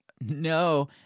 no